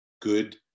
good